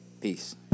Peace